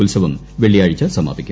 ഉത്സവം വെള്ളിയാഴ്ച സമാപിക്കും